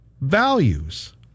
values